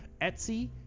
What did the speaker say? etsy